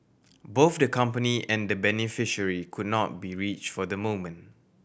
both the company and the beneficiary could not be reached for the moment